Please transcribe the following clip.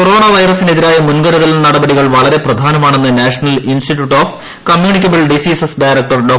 corona വൈറസിനെതിരായ മുൻകരുതൽ നടപടികൾ വളരെ പ്രധാനമാണെന്ന് national institute of communicable diseases director Dr